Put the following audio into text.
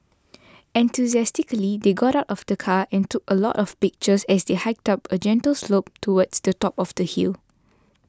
enthusiastically they got out of the car and took a lot of pictures as they hiked up a gentle slope towards the top of the hill